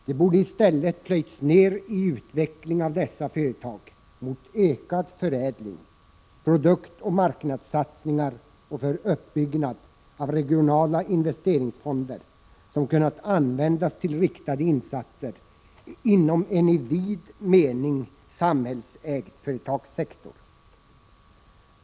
De borde i stället ha plöjts ner i utveckling av dessa företag mot ökad förädling, produktoch marknadssatsningar och använts till uppbyggnad av regionala investeringsfonder som kunnat tas i bruk för riktade insatser inom en i vid mening samhällsägd företagssektor.